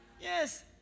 Yes